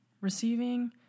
Receiving